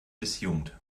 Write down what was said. disjunkt